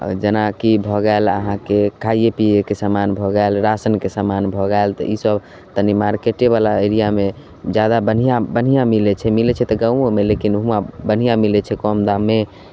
आओर जेनाकि भऽ गेल अहाँके खाइए पिएके सामान भऽ गेल राशनके सामान भऽ गेल तऽ ईसब तनि मार्केटेवला एरिआमे जादा बढ़िआँ बढ़िआँ मिलै छै मिलै छै तऽ गामोमे लेकिन हुआँ बढ़िआँ मिलै छै कम दाममे